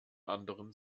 anderen